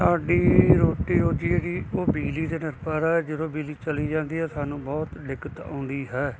ਸਾਡੀ ਰੋਟੀ ਰੋਜ਼ੀ ਜਿਹੜੀ ਉਹ ਬਿਜਲੀ 'ਤੇ ਨਿਰਭਰ ਹੈ ਜਦੋਂ ਬਿਜਲੀ ਚਲੀ ਜਾਂਦੀ ਹੈ ਸਾਨੂੰ ਬਹੁਤ ਦਿੱਕਤ ਆਉਂਦੀ ਹੈ